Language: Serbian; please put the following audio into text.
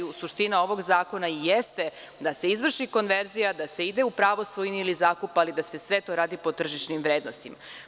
Suština ovog zakona jeste da se izvrši konverzija, da se ide u pravo svojine ili zakupa, ali da se sve to radi po tržišnim vrednostima.